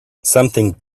something